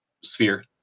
sphere